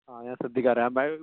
ആ ഞാൻ ശ്രദ്ധിക്കാം പറയാം ബൈ